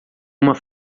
uma